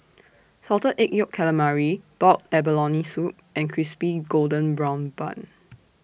Salted Egg Yolk Calamari boiled abalone Soup and Crispy Golden Brown Bun